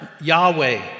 Yahweh